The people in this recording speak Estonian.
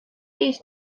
viis